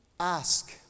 Ask